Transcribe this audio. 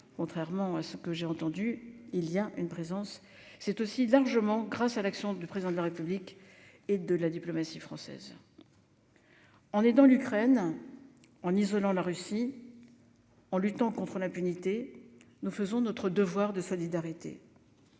contrairement à ce que j'ai entendu -, cela est aussi largement dû à l'action du Président de la République et de la diplomatie française. En aidant l'Ukraine, en isolant la Russie, en luttant contre l'impunité, nous marquons notre devoir de solidarité,